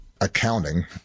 accounting